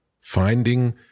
finding